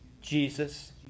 Jesus